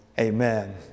amen